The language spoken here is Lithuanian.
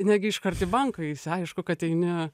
negi iškart į banką eisi aišku kad eini